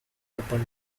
open